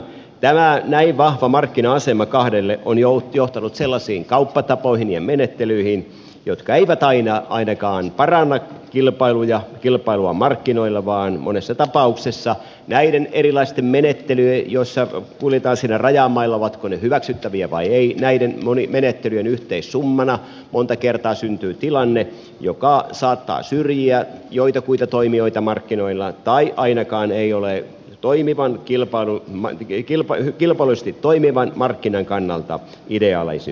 tämä näin vahva markkina asema kahdelle on johtanut sellaisiin kauppatapoihin ja menettelyihin jotka eivät aina ainakaan paranna kilpailua markkinoilla vaan monessa tapauksessa näiden erilaisten menettelyjen joissa kuljetaan siinä rajamailla ovatko ne hyväksyttäviä vai eivät yhteissummana monta kertaa syntyy tilanne joka saattaa syrjiä joitakuita toimijoita markkinoilla tai ainakaan ei ole toimivan kilpailun vaikkei kilpa ja kilpailullisesti toimivan markkinan kannalta ideaalisin menettely